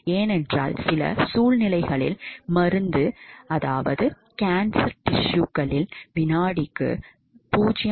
ஏனென்றால் சில சூழ்நிலைகளில் மருந்து கட்டி திசுக்களில் வினாடிக்கு 0